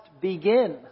begin